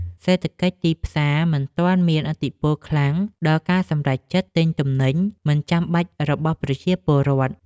សេដ្ឋកិច្ចទីផ្សារមិនទាន់មានឥទ្ធិពលខ្លាំងដល់ការសម្រេចចិត្តទិញទំនិញមិនចាំបាច់របស់ប្រជាពលរដ្ឋ។